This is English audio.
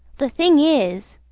the thing is